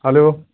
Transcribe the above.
hello